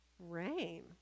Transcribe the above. rain